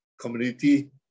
community